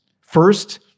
First